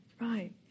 right